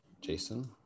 Jason